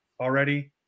already